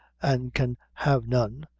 an' can have none,